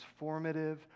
transformative